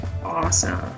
Awesome